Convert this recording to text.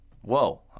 Whoa